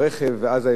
ואז האפשרות,